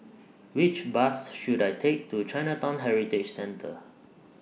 Which Bus should I Take to Chinatown Heritage Centre